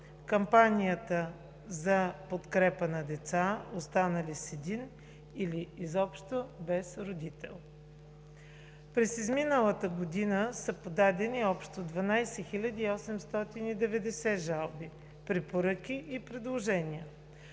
кампанията за подкрепа на деца, останали с един или изобщо без родители. През изминалата година са подадени общо 12 890 жалби, препоръки и предложения.